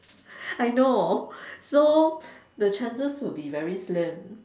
I know so the chances would be very slim